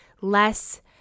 less-